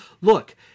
look